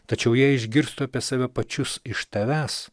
tačiau jei išgirstų apie save pačius iš tavęs